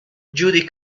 judy